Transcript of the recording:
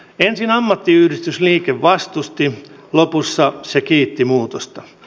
ensin ammattiyhdistysliike vastusti lopussa se kiitti muutosta